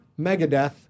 Megadeth